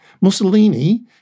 Mussolini